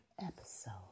episode